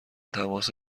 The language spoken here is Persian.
تماس